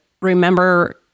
remember